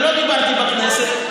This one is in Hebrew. אני לא דיברתי בכנסת,